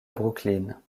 brooklyn